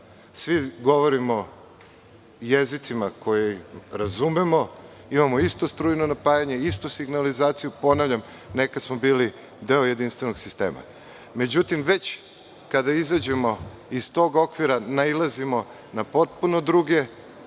Svi govorimo jezicima koje razumemo. Imamo isto strujno napajanje, istu signalizaciju. Ponavljam, nekada smo bili deo jedinstvenog sistema. Međutim, već kada izađemo iz tog okvira nailazimo na potpuno druge